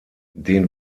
den